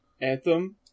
Anthem